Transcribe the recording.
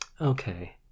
okay